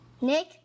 Nick